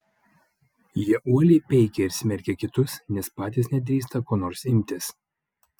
jie uoliai peikia ir smerkia kitus nes patys nedrįsta ko nors imtis